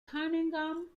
cunningham